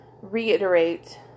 reiterate